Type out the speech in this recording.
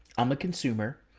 i'm a consumer,